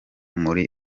muri